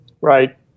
right